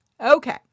Okay